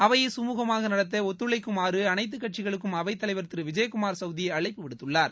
அவையை கமூகமாக நடத்த ஒத்துழைக்குமாறு அனைத்து கட்சிகளுக்கும் அவைத் தலைவர் திரு விஜயகுமார் சவுத்திதி அழைப்பு விடுத்துள்ளார்